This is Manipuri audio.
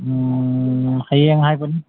ꯍꯌꯦꯡ ꯍꯥꯏꯕꯅꯤ